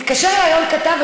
התקשר אליי היום כתב,